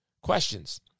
questions